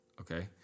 okay